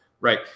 right